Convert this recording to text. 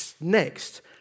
Next